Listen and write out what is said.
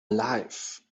life